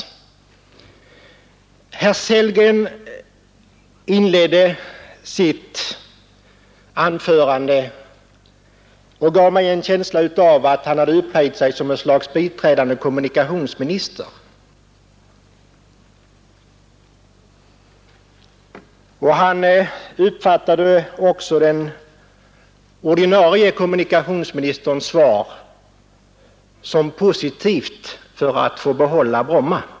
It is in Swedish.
När herr Sellgren inledde sitt anförande gav han mig en känsla av att han hade upphöjt sig till ett slags biträdande kommunikationsminister. Han uppfattade också den ordinarie kommunikationsministerns svar som positivt för att få behålla Bromma.